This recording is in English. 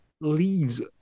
leaves